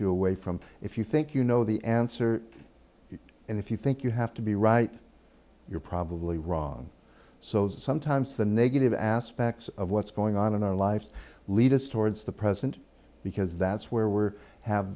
you away from if you think you know the answer and if you think you have to be right you're probably wrong so sometimes the negative aspects of what's going on in our lives lead us towards the present because that's where we're have